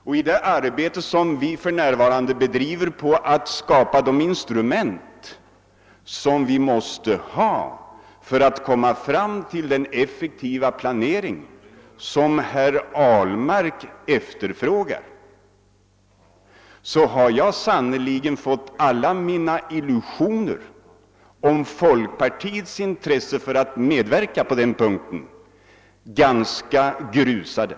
Och i det arbete som vi för närvarande bedriver på att skapa de instrument som vi måste ha för att komma fram till den effektivare planering, som herr Ahlmark efterfrågar, så har jag sannerligen fått alla mina illusioner om folkpartiets intresse för att medverka på den punkten ganska ordentligt grusade.